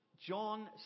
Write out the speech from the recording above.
John